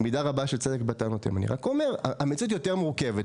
מידה רבה של צדק, אבל המציאות היא יותר מורכבת.